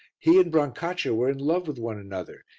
he and brancaccia were in love with one another,